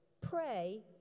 Pray